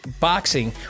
boxing